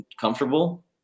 comfortable